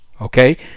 Okay